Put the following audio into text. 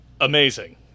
Amazing